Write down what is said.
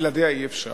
שבלעדיה אי-אפשר.